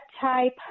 type